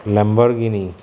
Lamborghini